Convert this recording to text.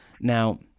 Now